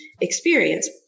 experience